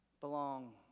belong